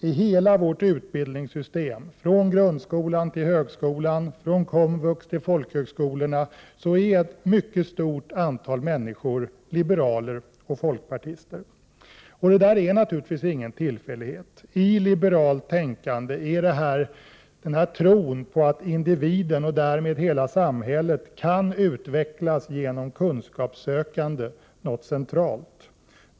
I hela vårt utbildningssystem, från grundskolan till högskolan, från komvux till folkhögskolorna, är ett mycket stort antal människor liberaler och folkpartister. Det är naturligtvis ingen tillfällighet. I liberalt tänkande är tron på att individen, och därmed hela samhället, kan utvecklas genom kunskapssökande något centralt.